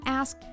ask